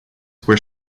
were